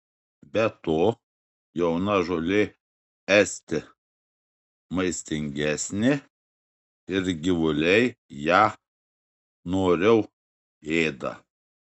be to jauna žolė esti maistingesnė ir gyvuliai ją noriau ėda